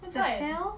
what the hell